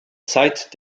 zeit